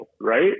right